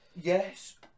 yes